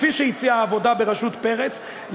כפי שהציעה העבודה בראשות פרץ,